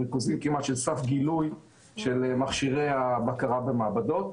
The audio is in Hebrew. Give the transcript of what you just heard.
ריכוזים של סף גילוי של מכשירי הבקרה ומעבדות.